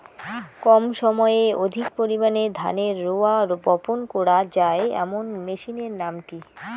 কম সময়ে অধিক পরিমাণে ধানের রোয়া বপন করা য়ায় এমন মেশিনের নাম কি?